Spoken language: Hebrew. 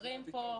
מוזרים פה.